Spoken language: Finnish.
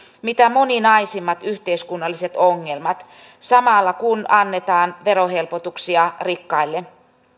mitä moninaisimmat yhteiskunnalliset ongelmat samalla kun annetaan verohelpotuksia rikkaille